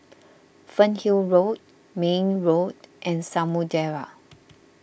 Fernhill Road May Road and Samudera